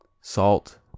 salt